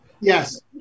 Yes